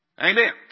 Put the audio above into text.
Amen